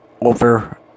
over